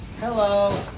Hello